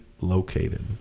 located